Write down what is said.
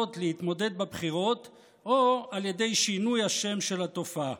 להתמודד בבחירות או על ידי שינוי השם של התופעה.